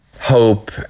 hope